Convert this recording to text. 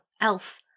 elf